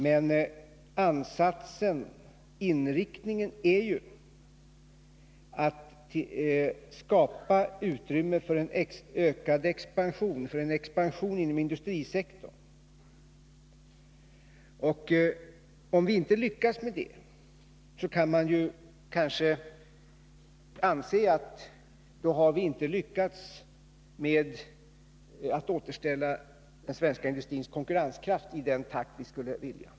Men ansatsen, inriktningen, är ju att skapa utrymme för en ökad expansion inom industrisektorn. Och om vi inte lyckas med det kan man kanske anse att vi inte heller har lyckats återställa den svenska industrins konkurrenskraft i den takt vi skulle vilja.